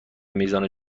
میزان